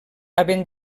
havent